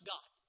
God